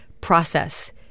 process